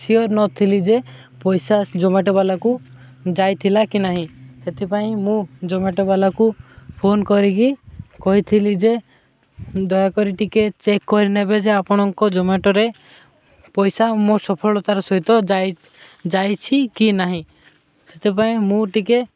sure ନଥିଲି ଯେ ପଇସା ଜୋମାଟୋବାଲାକୁ ଯାଇଥିଲା କି ନାହିଁ ସେଥିପାଇଁ ମୁଁ ଜୋମାଟୋବାଲାକୁ ଫୋନ କରିକି କହିଥିଲି ଯେ ଦୟାକରି ଟିକେ ଚେକ୍ କରି ନେବେ ଯେ ଆପଣଙ୍କ ଜୋମାଟୋରେ ପଇସା ମୋ ସଫଳତାର ସହିତ ଯାଇ ଯାଇଛି କି ନାହିଁ ସେଥିପାଇଁ ମୁଁ ଟିକେ